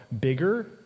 bigger